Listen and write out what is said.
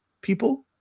people